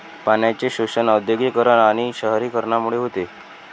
पाण्याचे शोषण औद्योगिकीकरण आणि शहरीकरणामुळे होते